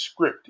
scripted